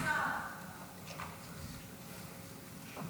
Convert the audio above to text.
אהלן וסהלן.